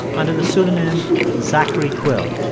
and under the pseudonym zachary quill.